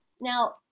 Now